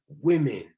women